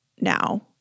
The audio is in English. now